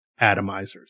atomizers